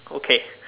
okay